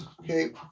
Okay